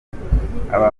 aba